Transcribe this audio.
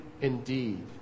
indeed